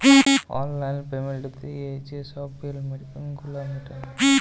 অললাইল পেমেল্ট দিঁয়ে যে ছব বিল গুলান মিটাল হ্যয়